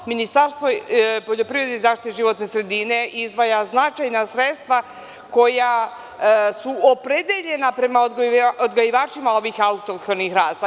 Ministarstvo poljoprivrede i zaštite životne sredine izdvaja značajna sredstva koja su opredeljena prema odgajivačima ovih autohtonih rasa.